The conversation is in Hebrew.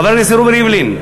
חבר הכנסת רובי ריבלין,